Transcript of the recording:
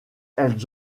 elles